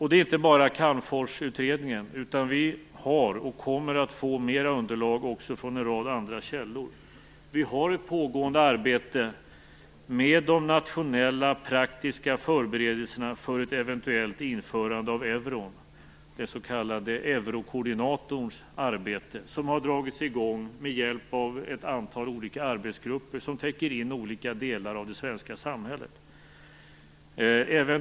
Det är inte bara Calmforsutredningen som finns. Vi har, och kommer att få, mer underlag också från en rad andra källor. Vi har ett pågående arbete med de praktiska nationella förberedelserna för ett eventuellt införande av euron, den s.k. eurokoordinatorns arbete. Det har dragits i gång med hjälp av att antal olika arbetsgrupper som täcker in olika delar av det svenska samhället.